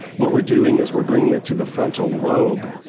what we're doing is we're bringing it to the frontal lobe,